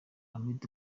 ahmed